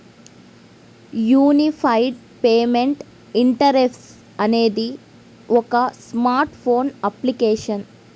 unified payment interface అనేది ఒక smart phone application